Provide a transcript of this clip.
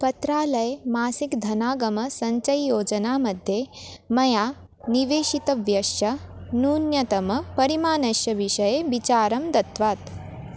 पत्रालयमासिकधनागमसञ्चययोजनामध्ये मया निवेशितव्यस्य न्यूनतमपरिमाणस्य विषये विचारं दत्तात्